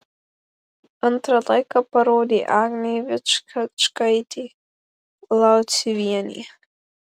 antrą laiką parodė agnė vičkačkaitė lauciuvienė